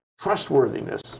trustworthiness